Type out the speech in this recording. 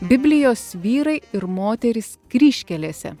biblijos vyrai ir moterys kryžkelėse